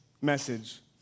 message